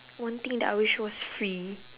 one thing that I wish was free